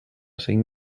cinc